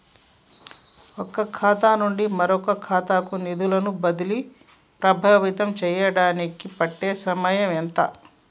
ఒక ఖాతా నుండి మరొక ఖాతా కు నిధులు బదిలీలు ప్రభావితం చేయటానికి పట్టే సమయం ఎంత?